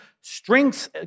strengths